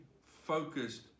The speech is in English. focused